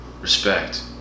Respect